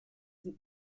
sie